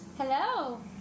Hello